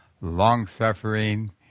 long-suffering